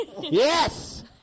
Yes